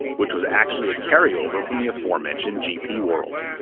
which was actually a carry over from the aforementioned gp world.